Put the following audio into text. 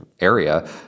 area